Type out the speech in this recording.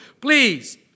Please